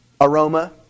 aroma